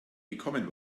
gekommen